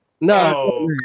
No